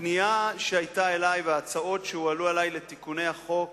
הפנייה שהיתה אלי וההצעות שהועלו אלי לתיקון החוק